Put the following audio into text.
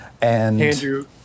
Andrew